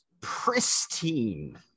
pristine